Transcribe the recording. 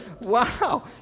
Wow